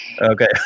Okay